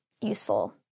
useful